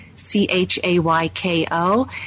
C-H-A-Y-K-O